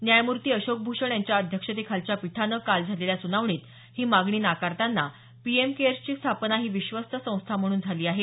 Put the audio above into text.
न्यायमूर्ती अशोक भूषण यांच्या अध्यक्षतेखालच्या पीठानं काल झालेल्या सुनावणीत ही मागणी नाकारताना पीएम केअर्सची स्थापना ही विश्वस्त संस्था म्हणून झाली आहे